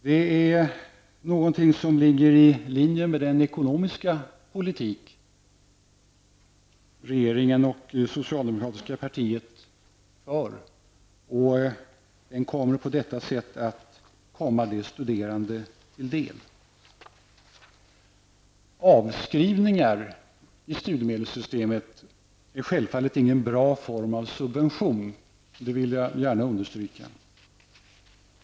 Det ligger i linje med den ekonomiska politik som regeringen och det socialdemokratiska partiet för. Den kommer att på detta sätt komma de studerande till del. Avskrivningar i studiemedelssystemet är självfallet ingen bra form av subvention, det vill jag gärna understryka.